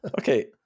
okay